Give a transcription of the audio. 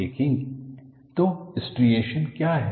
striations तो striations क्या हैं